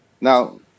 now